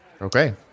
Okay